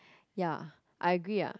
ya I agree ah